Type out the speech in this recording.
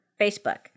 Facebook